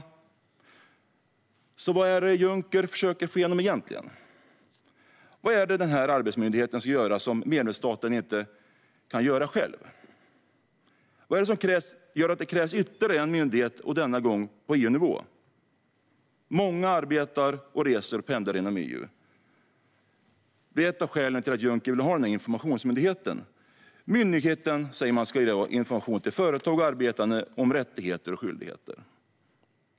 Vad är det egentligen som Juncker försöker få igenom? Vad är det som denna arbetsmyndighet ska göra som medlemsstaterna inte kan göra själva? Vad är det som gör att det krävs ytterligare en myndighet, och denna gång på EU-nivå? Många arbetar, reser och pendlar inom EU. Det är ett av skälen till att Juncker vill ha denna informationsmyndighet. Man säger att myndigheten ska ge information till företag och arbetande om rättigheter och skyldigheter.